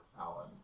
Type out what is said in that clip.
Alan